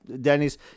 Dennis